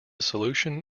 solution